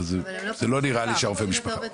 אב זה לא נראה לי שהרופא משפחה.